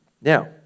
Now